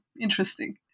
interesting